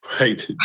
Right